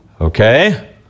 Okay